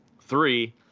Three